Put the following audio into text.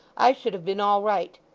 i should have been all right.